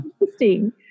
interesting